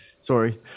Sorry